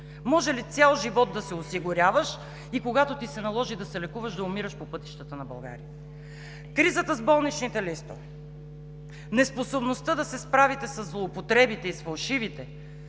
Може ли цял живот да се осигуряваш и когато ти се наложи да се лекуваш, да умираш по пътищата на България? Кризата с болничните листове. Неспособността да се справите със злоупотребите и с фалшивите